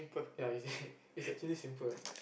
ya it's it's actually simple